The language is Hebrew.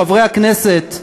חברי הכנסת,